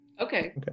Okay